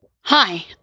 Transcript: Hi